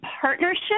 partnership